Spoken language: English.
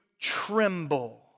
tremble